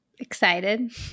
Excited